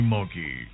Monkey